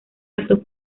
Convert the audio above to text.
acto